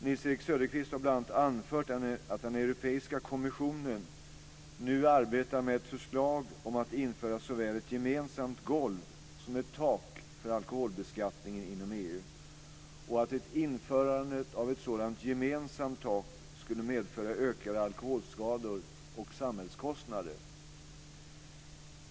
Nils-Erik Söderqvist har bl.a. anfört att den europeiska kommissionen nu arbetar med ett förslag om att införa såväl ett gemensamt golv som ett tak för alkoholbeskattningen inom EU och att ett införande av ett sådant gemensamt tak skulle medföra ökade alkoholskador och samhällskostnader.